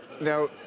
now